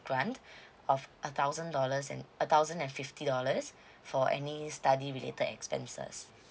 grant of a thousand dollars and a thousand and fifty dollars for any study related expenses